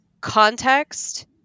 context